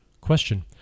Question